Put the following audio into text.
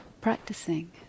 practicing